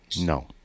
No